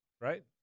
Right